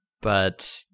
But-